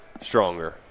stronger